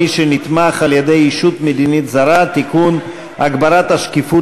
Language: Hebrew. מי שנתמך על-ידי ישות מדינית זרה (תיקון) (הגברת השקיפות